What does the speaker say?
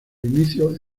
inicios